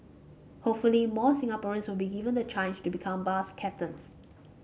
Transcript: hopefully more Singaporeans will be given the change to become bus captains